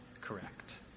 correct